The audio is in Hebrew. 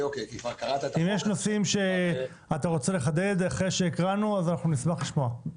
אם יש נושאים שאתה רוצה לחדד אחרי שהקראנו אנחנו נשמח לשמוע.